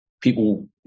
people